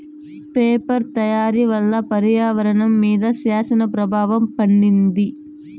paper తయారీ వల్ల పర్యావరణం మీద శ్యాన ప్రభావం పడింది